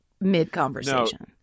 mid-conversation